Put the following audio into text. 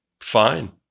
fine